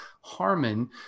Harmon